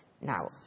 Now